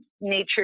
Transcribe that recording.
nature